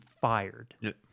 fired